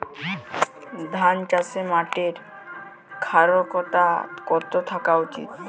ধান চাষে মাটির ক্ষারকতা কত থাকা উচিৎ?